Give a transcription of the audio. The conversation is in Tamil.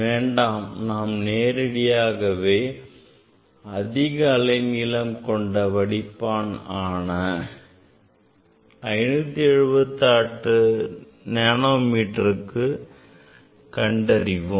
வேண்டாம் நாம் நேரடியாகவே அதிக அலைநீளம் கொண்ட வடிப்பானான 578 நானோ மீட்டருக்கு கண்டறிவோம்